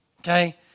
okay